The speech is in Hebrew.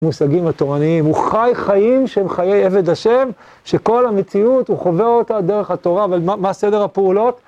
מושגים התורניים, הוא חי חיים שהם חיי עבד ה' שכל המציאות הוא חווה אותה דרך התורה, אבל מה סדר הפעולות?